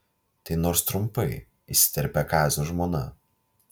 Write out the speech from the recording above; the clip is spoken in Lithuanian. tai nors trumpai įsiterpė kazio žmona